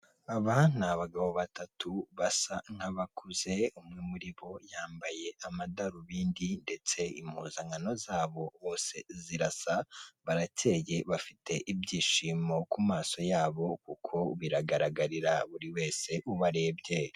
Aba ni abagabo batatu basa nk'abakuze, umwe muri bo yambaye amadarubindi, ndetse impuzankano zabo bose zirasa, barakeye, bafite ibyishimo ku maso yabo kuko biragaragarira buri wese ubarebye.